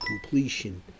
completion